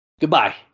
Goodbye